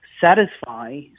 satisfy